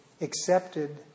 accepted